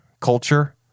culture